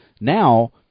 Now